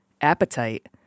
appetite